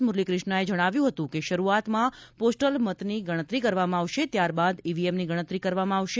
મુરલી ક્રિષ્ણાએ જણાવ્યું હતું કે શરૂઆતમાં પોસ્ટલ મતની ગણતરી કરવામાં આવશે ત્યારબાદ ઈવીએમની ગણતરી કરવામાં આવશે